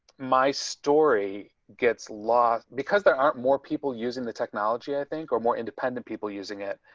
my story gets lost because there aren't more people using the technology, i think, are more independent people using it.